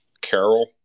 Carol